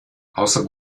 außer